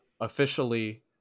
officially